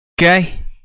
okay